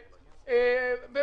מה